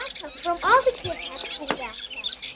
come from, all the kids have school backpacks.